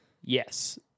Yes